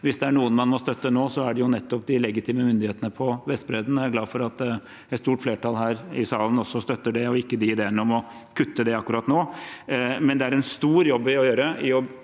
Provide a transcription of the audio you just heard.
Hvis det er noen man må støtte nå, er det nettopp de legitime myndighetene på Vestbredden, og jeg er glad for at et stort flertall her i salen støtter det og ikke de ideene om å kutte det akkurat nå. Samtidig er det en stor jobb å gjøre